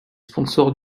sponsors